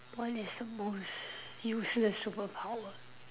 what is the most useless superpower